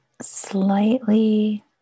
slightly